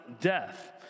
death